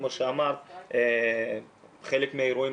כמו שאמרת חלק מהאירועים,